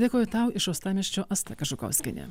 dėkoju tau iš uostamiesčio asta kažukauskienė